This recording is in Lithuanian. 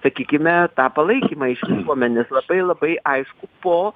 sakykime tą palaikymą iš visuomenės labai labai aišku po